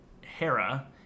Hera